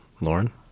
Lauren